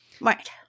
Right